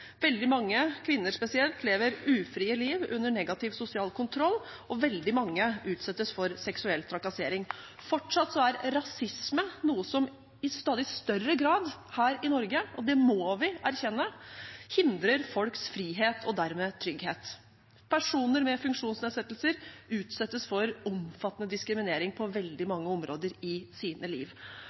Veldig mange, kvinner spesielt, lever et ufritt liv, under negativ sosial kontroll, og veldig mange utsettes for seksuell trakassering. Fortsatt er rasisme noe som i stadig større grad her i Norge, og det må vi erkjenne, hindrer folks frihet og dermed trygghet. Personer med funksjonsnedsettelser utsettes for omfattende diskriminering på veldig mange områder i sitt liv,